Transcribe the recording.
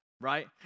Right